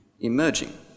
emerging